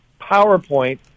PowerPoint